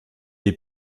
est